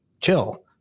chill